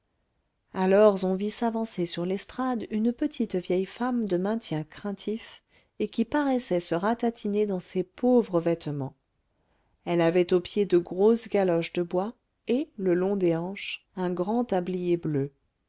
alors on vit s'avancer sur l'estrade une petite vieille femme de maintien craintif et qui paraissait se ratatiner dans ses pauvres vêtements elle avait aux pieds de grosses galoches de bois et le long des hanches un grand tablier bleu